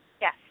Yes